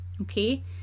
Okay